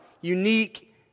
Unique